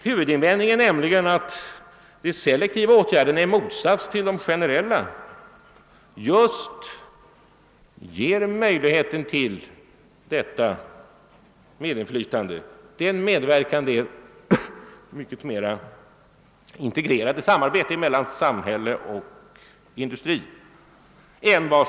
Man vänder sig mot de selektiva åtgärderna därför att de i motsats till de generella möjliggör ett medinflytande och ett mer in tegrerat samarbete mellan samhälle och industri.